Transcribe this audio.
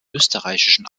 österreichischen